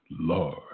Lord